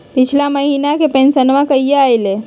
पिछला महीना के पेंसनमा कहिया आइले?